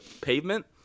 pavement